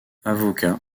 avocat